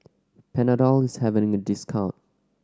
panadol is having a discount